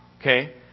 Okay